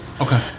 Okay